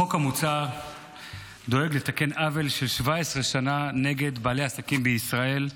החוק המוצע דואג לתקן עוול של 17 שנה נגד בעלי עסקים בישראל.